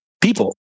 people